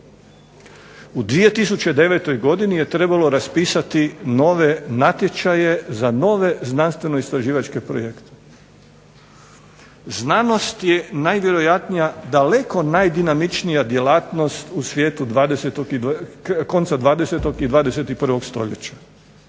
u 2009. godini je trebalo raspisati nove natječaje za nove znanstveno-istraživačke projekte. Znanost je najvjerojatnija, daleko najdinamičnija djelatnost u svijetu konca 20. i 21. stoljeća